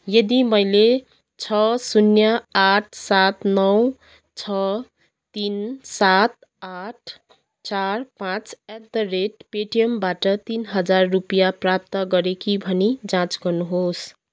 यदि मैले छ शून्य आठ सात नौ छ तिन सात आठ चार पाँच एट द रेट पेटिएमबाट तिन हजार रुपियाँ प्राप्त गरेँ कि भनी जाँच गर्नुहोस्